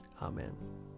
Amen